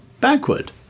backward